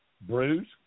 Bruce